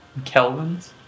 Kelvins